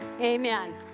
Amen